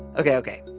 ok, ok.